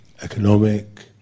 economic